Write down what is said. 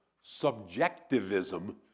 subjectivism